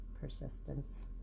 persistence